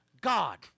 God